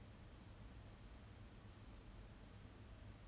!huh! serious !wow! okay